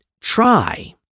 try